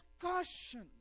discussion